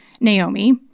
Naomi